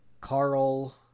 Carl